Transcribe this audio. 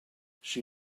she